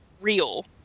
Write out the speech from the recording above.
real